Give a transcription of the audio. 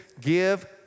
give